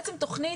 בעצם תכנית,